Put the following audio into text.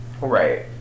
Right